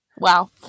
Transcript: wow